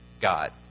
God